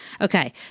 Okay